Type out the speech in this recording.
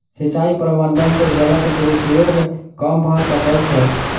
सिचाई प्रबंधन से जलक दुरूपयोग कम भअ सकै छै